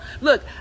look